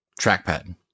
trackpad